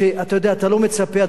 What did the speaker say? אדוני שר המשפטים, אתה איש דתי,